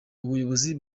ubuyobozi